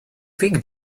think